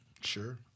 Sure